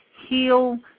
heal